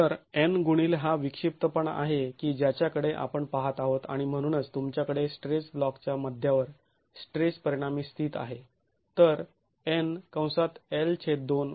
तर N गुणिले हा विक्षिप्तपणा आहे की ज्याच्याकडे आपण पाहत आहोत आणि म्हणूनच तुमच्याकडे स्ट्रेस ब्लॉकच्या मध्यावर स्ट्रेस परिणामी स्थित आहे